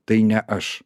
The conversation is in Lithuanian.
tai ne aš